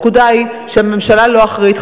הנקודה היא שהממשלה לא אחראית,